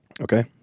Okay